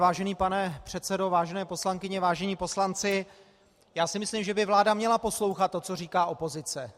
Vážený pane předsedo, vážené poslankyně, vážení poslanci, já si myslím, že by vláda měla poslouchat to, co říká opozice.